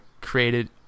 created